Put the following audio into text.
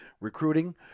recruiting